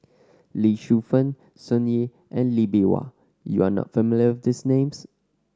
Lee Shu Fen Sun Yee and Lee Bee Wah you are not familiar with these names